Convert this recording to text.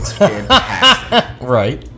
right